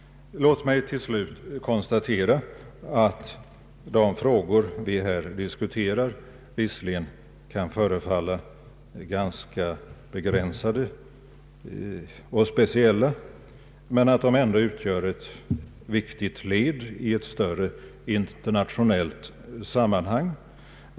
Låt mig till slut konstatera att de frågor vi här diskuterar visserligen kan förefalla ganska begränsade och speciella men att de ändå utgör ett viktigt led i ett större internationellt sammanhang.